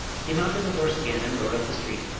he mounted the horse again and rode up the street.